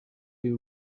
you